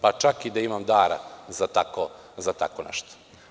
Pa čak i da imam dara za tako nešto.